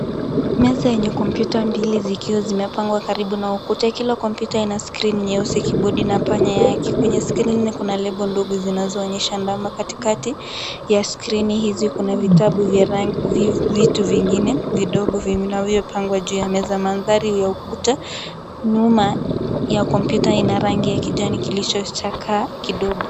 Meza yenye kompyuta mbili zikiwa zimepangwa karibu na ukuta. Kila kompyuta ina skrini nyeusi, kibodi na panya yake. Kwenye skrini kuna lebo ndogo zinazoonyesha alama. Katikati ya skrini hizi kuna vitabu vya rangi vitu vingine vidogo vinavyopangwa juu ya meza. Mandhari ya ukuta, nyuma ya kompyuta ina rangi ya kijani kilichochakaa kidogo.